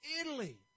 Italy